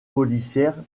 policière